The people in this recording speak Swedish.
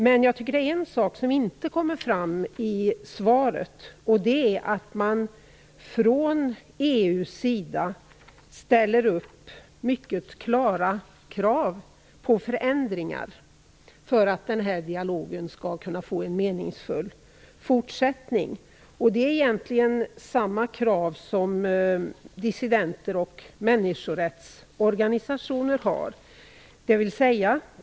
Men jag tycker att det är en sak som inte kommer fram i svaret. Det är att man från EU:s sida ställer upp mycket klara krav på förändringar för att den här dialogen skall kunna få en meningsfull fortsättning. Det är egentligen samma krav som dissidenter och människorättsorganisationer har.